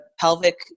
pelvic